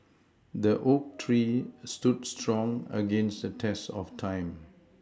the oak tree stood strong against the test of time